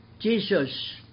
Jesus